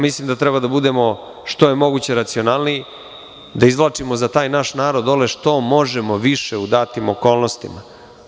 Mislim da treba da budemo što je moguće racionalniji, da izvlačimo za taj naš narod dole, što možemo više u datim okolnostima.